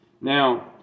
now